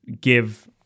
give